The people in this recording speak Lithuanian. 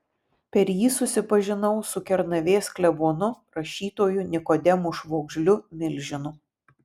per jį susipažinau su kernavės klebonu rašytoju nikodemu švogžliu milžinu